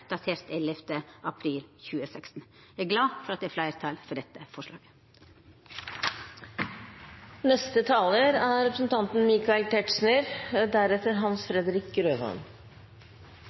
datert 11. april 2016.» Eg er glad for at det er fleirtal for dette forslaget. Foregående taler var inne på at denne saken begynte i 2014. Det er